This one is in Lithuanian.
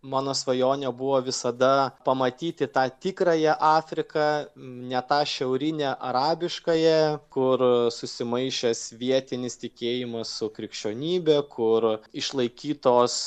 mano svajonė buvo visada pamatyti tą tikrąją afriką ne tą šiaurinę arabiškąją kur susimaišęs vietinis tikėjimas su krikščionybe kur išlaikytos